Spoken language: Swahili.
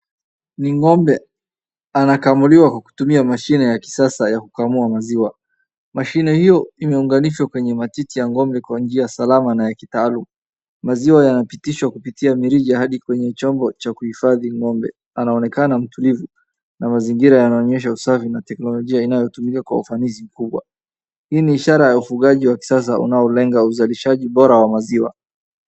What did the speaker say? Ni ng'ombe, anakamuliwa kwa kutumia mashine ya kisasa ya kukamua maziwa. Mashine hiyo imeunganishwa kwenye matiti ya ng'ombe kwa njia salama na ya kitaalum. Maziwa yanapitishwa kupitia mirija hadi kwenye chombo cha kuhifadhi ng'ombe. Anaonekana mtulivu na mazingira yanaonyesha usafi na teknolojia inayotumika kwa ufanisi mkubwa. Hii ni ishara ya ufugaji wa kisasa unaolenga uzalishaji bora wa maziwa.